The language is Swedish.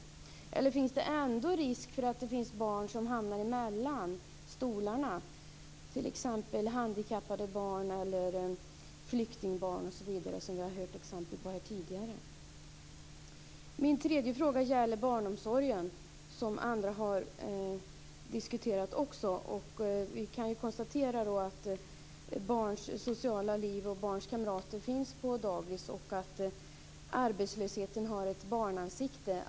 Eller finns det ändå risk för att barn hamnar mellan stolarna, t.ex. handikappade barn eller flyktingbarn som vi har hört exempel på här tidigare? Min tredje fråga gäller barnomsorgen som även andra har diskuterat. Vi kan konstatera att barns sociala liv och barns kamrater finns på dagis och att arbetslösheten har ett barnansikte.